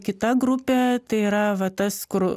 kita grupė tai yra va tas kur